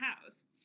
house